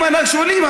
שואלים,